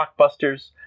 blockbusters